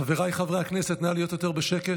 חבריי חברי הכנסת, נא להיות יותר בשקט.